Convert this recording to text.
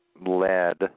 lead